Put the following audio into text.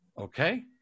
Okay